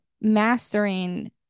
mastering